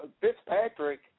Fitzpatrick